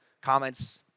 comments